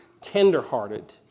tender-hearted